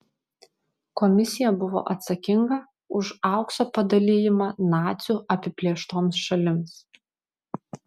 komisija buvo atsakinga už aukso padalijimą nacių apiplėštoms šalims